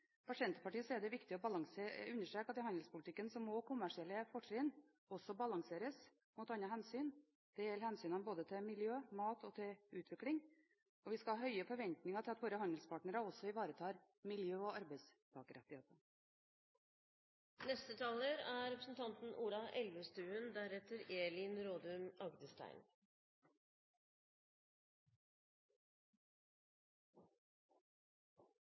for mer vekst og verdiskaping. For Senterpartiet er det viktig å understreke at i handelspolitikken må kommersielle fortrinn også balanseres mot andre hensyn. Det gjelder hensynene til både miljø, mat og utvikling, og vi skal ha høye forventninger til at våre handelspartnere også ivaretar miljø- og arbeidstakerrettigheter.